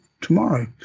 tomorrow